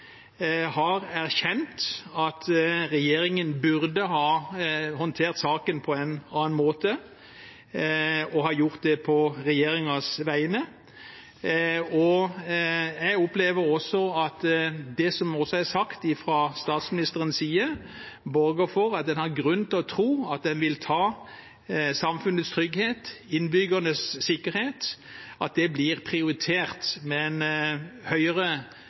har erkjent at regjeringen burde ha håndtert saken på en annen måte, og har gjort det på regjeringens vegne. Jeg opplever også at det som er sagt fra statsministerens side, borger for at en har grunn til å tro at en vil prioritere samfunnets trygghet og innbyggernes sikkerhet i et høyere tempo og med større kraft enn det